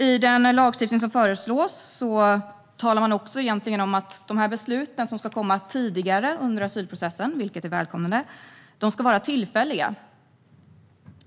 I den lagstiftning som föreslås talar man egentligen om att de beslut som ska komma tidigare under asylprocessen, vilket är välkommet, ska vara tillfälliga.